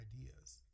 ideas